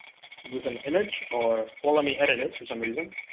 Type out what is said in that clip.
this is an image or well, let me edit it for some reason